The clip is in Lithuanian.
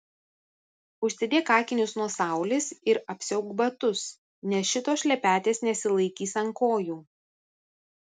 užsidėk akinius nuo saulės ir apsiauk batus nes šitos šlepetės nesilaikys ant kojų